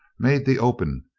made the open,